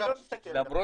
אני לא מסתכל על זה,